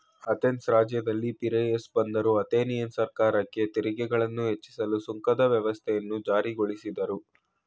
Athens ರಾಜ್ಯದಲ್ಲಿ Piraeus ಬಂದರು Athenian ಸರ್ಕಾರಕ್ಕೆ ತೆರಿಗೆಗಳನ್ನ ಹೆಚ್ಚಿಸಲು ಸುಂಕದ ವ್ಯವಸ್ಥೆಯನ್ನ ಜಾರಿಗೊಳಿಸಿದ್ರು